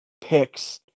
picks